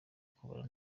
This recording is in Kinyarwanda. kubara